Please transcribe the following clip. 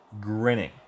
grinning